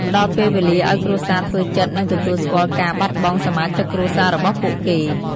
ផ្តល់ពេលវេលាឱ្យគ្រួសារធ្វើចិត្ត និងទទួលស្គាល់ការបាត់បង់សមាជិកគ្រួសាររបស់ពួកគេ។